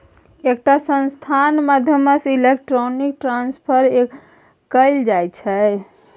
एकटा संस्थाक माध्यमसँ इलेक्ट्रॉनिक ट्रांसफर कएल जाइ छै